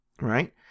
right